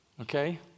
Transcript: Okay